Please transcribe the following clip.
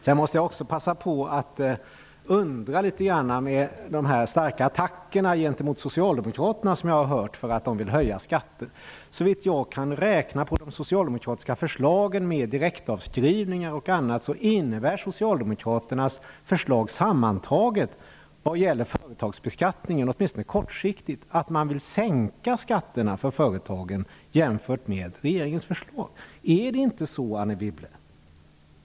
Jag måste passa på att fråga om de starka attackerna gentemot Socialdemokraterna på grund av att de vill höja skatter. Såvitt jag kan räkna på de socialdemokratiska förslagen, med direktavskrivningar och annat, innebär de sammantaget vad gäller företagsbeskattningen, åtminstone kortsiktigt, att Socialdemokraterna vill sänka skatterna för företagen jämfört med regeringens förslag. Är det inte så, Anne Wibble?